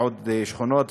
ועוד שכונות,